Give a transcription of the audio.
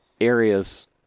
areas